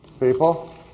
People